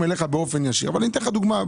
אליך באופן ישיר ואני אתן לך דוגמה.